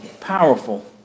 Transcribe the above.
powerful